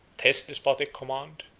his despotic command,